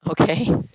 Okay